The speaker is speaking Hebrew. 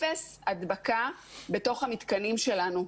אפס הדבקה בתוך המתקנים שלנו.